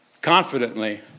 confidently